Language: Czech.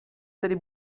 tedy